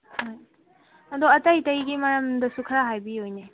ꯑꯗꯣ ꯑꯇꯩ ꯑꯇꯩꯒꯤ ꯃꯔꯝꯗꯁꯨ ꯈꯔ ꯍꯥꯏꯕꯤꯌꯨ ꯏꯅꯦ